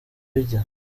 bijya